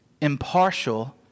impartial